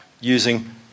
using